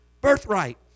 birthright